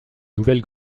nouvelle